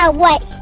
ah what!